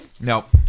Nope